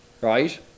right